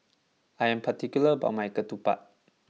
I am particular about my Ketupat